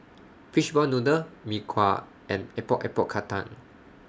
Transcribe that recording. Fishball Noodle Mee Kuah and Epok Epok Kentang